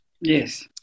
Yes